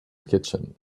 kitchen